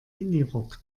minirock